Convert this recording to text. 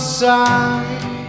side